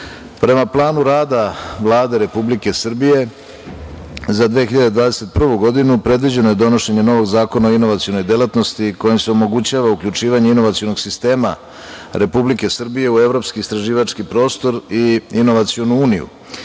akta. Prema planu rada Vlade Republike Srbije za 2021. godinu, predviđeno je donošenje novog zakona o inovacionoj delatnosti kojim se omogućava uključivanje inovacionog sistema Republike Srbije u Evropski istraživački prostor i Inovacionu uniju.